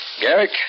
Garrick